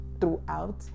throughout